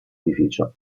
edificio